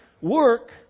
work